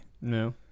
no